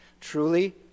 Truly